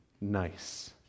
nice